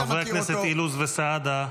חברי הכנסת אילוז וסעדה.